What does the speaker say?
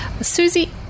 Susie